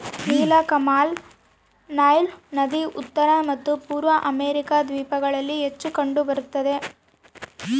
ನೀಲಕಮಲ ನೈಲ್ ನದಿ ಉತ್ತರ ಮತ್ತು ಪೂರ್ವ ಅಮೆರಿಕಾ ದ್ವೀಪಗಳಲ್ಲಿ ಹೆಚ್ಚು ಕಂಡು ಬರುತ್ತದೆ